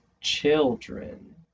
children